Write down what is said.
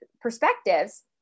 perspectives